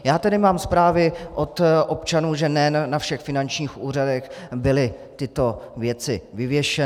Mám tady zprávy od občanů, že ne na všech finančních úřadech byly tyto věci vyvěšeny.